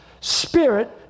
spirit